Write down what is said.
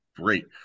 great